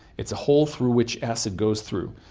it's a hole through which acid goes through,